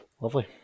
lovely